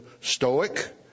stoic